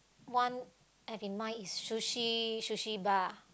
one I have in mind is sushi Sushi Bar